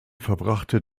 verbrachte